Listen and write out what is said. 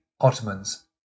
Ottomans